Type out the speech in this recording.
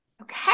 Okay